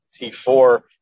T4